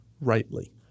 rightly